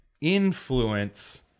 influence